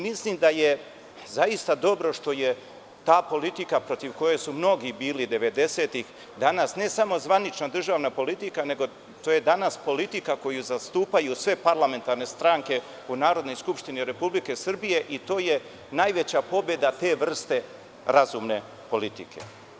Mislim da je zaista dobro što je ta politika protiv koje su mnogi bili devedesetih danas ne samo zvanična državna politika, nego to je danas politika koju zastupaju sve parlamentarne stranke u Narodnoj skupštini Republike Srbijei to je najveća pobeda te vrste razumne politike.